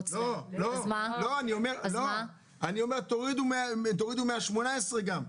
לא, אני אומר להוריד מה-18% גם.